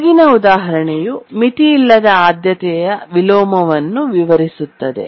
ಕೆಳಗಿನ ಉದಾಹರಣೆಯು ಮಿತಿಯಿಲ್ಲದ ಆದ್ಯತೆಯ ವಿಲೋಮವನ್ನು ವಿವರಿಸುತ್ತದೆ